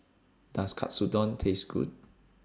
Does Katsudon Taste Good